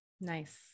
Nice